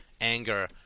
anger